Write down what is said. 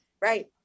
right